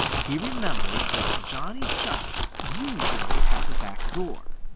he remembered that johnny chuck usually has a back door.